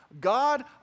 God